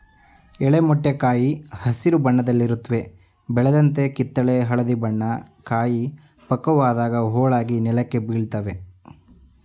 ಎಳೆ ಮೊಟ್ಟೆ ಕಾಯಿ ಹಸಿರು ಬಣ್ಣದಲ್ಲಿರುತ್ವೆ ಬೆಳೆದಂತೆ ಕಿತ್ತಳೆ ಹಳದಿ ಬಣ್ಣ ಕಾಯಿ ಪಕ್ವವಾದಾಗ ಹೋಳಾಗಿ ನೆಲಕ್ಕೆ ಬೀಳ್ತವೆ